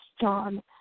John